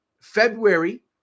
February